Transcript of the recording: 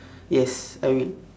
yes I will